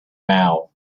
vow